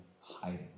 hiding